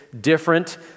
different